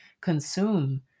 consume